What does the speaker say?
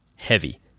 Heavy